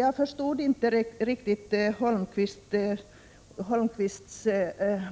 Jag förstod inte riktigt Holmkvists